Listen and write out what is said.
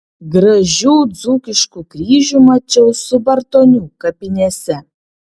gražių dzūkiškų kryžių mačiau subartonių kapinėse